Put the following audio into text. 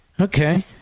Okay